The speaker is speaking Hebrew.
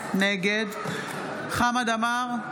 נגד חמד עמאר,